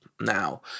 now